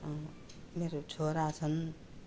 मेरो छोरा छन्